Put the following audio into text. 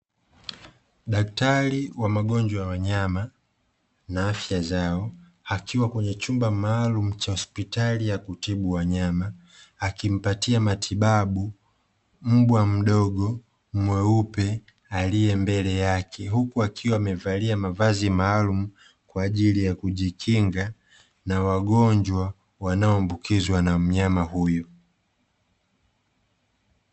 Daktari wa magonjwa ya wanyama na afya zao akiwa kwenye chumba maalumu cha hospitali ya kutibu wanyama, akimpatia matibabu mbwa mdogo mweupe aliye mbele yake, huku akiwa amevalia mavazi maalumu kwa ajili ya kujikinga na magonjwa yanayo ambukizwa na mnyama huyu.